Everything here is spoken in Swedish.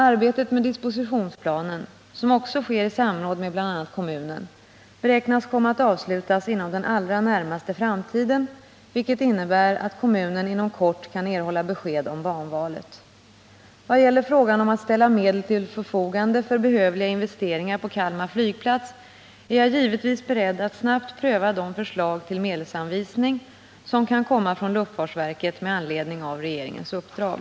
Arbetet med dispositionsplanen, som också sker i samråd med bl.a. kommunen, beräknas komma att avslutas inom den allra närmaste framtiden, vilket innebär att kommunen inom kort kan erhålla besked om Vad gäller frågan om att ställa medel till förfogande för behövliga investeringar på Kalmar flygplats är jag givetvis beredd att snabbt pröva de förslag till medelsanvisning som kan komma från luftfartsverket med anledning av regeringens uppdrag.